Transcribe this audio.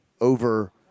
over